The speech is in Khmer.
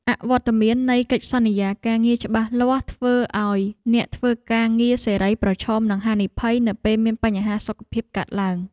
អវត្តមាននៃកិច្ចសន្យាការងារច្បាស់លាស់ធ្វើឱ្យអ្នកធ្វើការងារសេរីប្រឈមនឹងហានិភ័យនៅពេលមានបញ្ហាសុខភាពកើតឡើង។